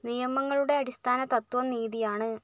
നിയമങ്ങളുടെ അടിസ്ഥാന തത്വം നീതിയാണ്